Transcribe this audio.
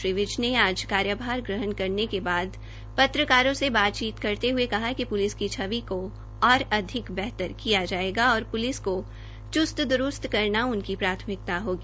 श्री विज ने आज कार्यभार ग्रहण करने के बाद पत्रकारों से बातचीत करते हए कहा कि प्लिस की छवि को ओर अधिक बेहतर किया जाएगा और प्लिस को चूस्त द्रूस्त करना उनकी प्राथमिकता होगी